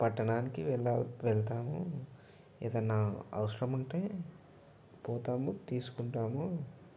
పట్టణానికి వెళ్ళా వెళ్తాము ఏదైనా అవసరం ఉంటే పోతాము తీసుకుంటాము